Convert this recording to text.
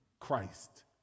Christ